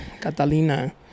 catalina